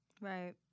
Right